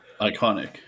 Iconic